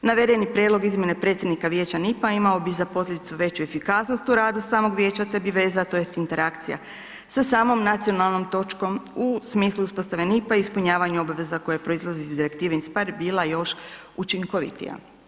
Navedeni prijedlog izmjene predsjednika vijeća NIPP-a imao bi za posljedicu veću efikasnost u radu samog vijeća, te bi veza tj. interakcija sa samom nacionalnom točkom u smislu uspostave NIPP-a i ispunjavanju obveza koje proizlaze iz Direktive in speyer bila još učinkovitija.